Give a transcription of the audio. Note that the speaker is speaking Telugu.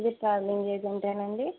ఇది ట్రావెలింగ్ ఏజెంట్ ఏనా అండీ